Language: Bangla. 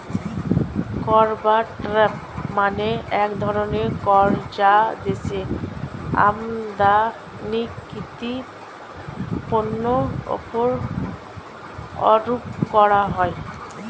কর বা ট্যারিফ মানে এক ধরনের কর যা দেশের আমদানিকৃত পণ্যের উপর আরোপ করা হয়